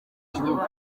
gihugu